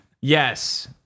yes